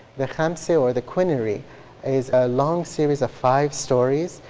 the khamsah or the quinary is a long series of five stories.